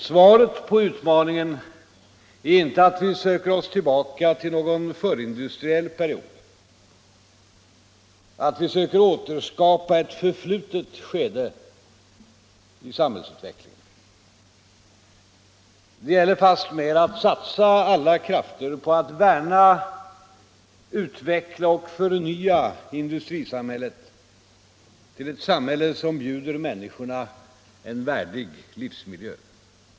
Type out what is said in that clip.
Svaret på utmaningen är inte att vi söker oss tillbaka till någon förindustriell period, att vi söker återskapa ett förflutet skede i samhällsutvecklingen. Det gäller fastmer att satsa alla krafter på att värna, utveckla och förnya industrisamhället till ett samhälle som bjuder människorna en värdig livsmiljö.